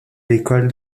l’école